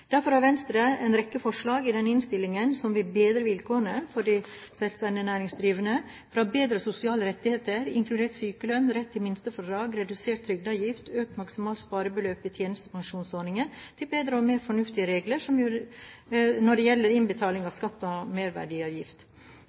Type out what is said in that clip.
Derfor har Venstre en rekke forslag i denne innstillingen som vil bedre vilkårene for de selvstendig næringsdrivende – fra bedre sosiale rettigheter, inkludert sykelønn, rett til minstefradrag, redusert trygdeavgift, økt maksimalt sparebeløp i tjenestepensjonsordningen til bedre og mer fornuftige regler når det gjelder innbetaling av skatt og merverdiavgift.